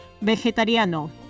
vegetariano